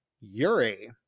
yuri